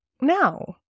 Now